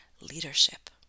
leadership